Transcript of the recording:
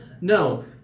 No